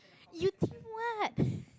you think what